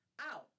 Ow